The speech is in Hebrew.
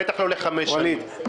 בטח לא לחמש שנים.